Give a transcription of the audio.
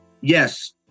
yes